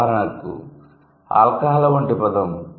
ఉదాహరణకు ఆల్కహాల్ వంటి పదం